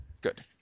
Good